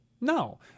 No